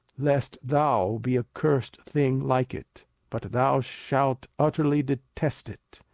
lest thou be a cursed thing like it but thou shalt utterly detest it,